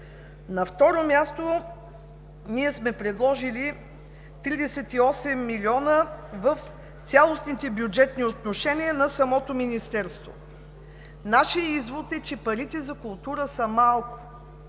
На второ място, ние сме предложили 38 млн. лв. в цялостните бюджетни отношения на самото Министерство. Нашият извод е, че парите за култура са малко.